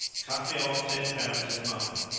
cut me off ten pounds of mutton.